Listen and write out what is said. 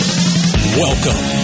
Welcome